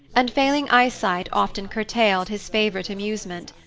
and failing eyesight often curtailed his favorite amusement.